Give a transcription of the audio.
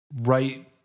right